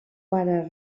pare